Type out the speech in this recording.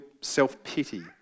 self-pity